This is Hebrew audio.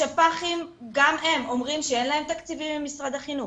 השפ"חים גם הם אומרים שאין להם תקציבים ממשרד החינוך.